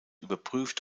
überprüft